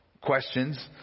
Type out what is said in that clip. questions